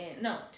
no